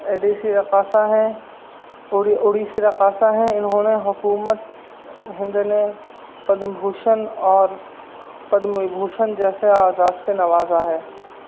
اڑیسی رقاصہ ہیں اڑیسی رقاصہ ہیں انہوں نے حکومت ہند نے پدم بھوشن اور پدم وبھوشن جیسے اعزاز سے نوازا ہے